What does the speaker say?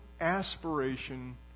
aspiration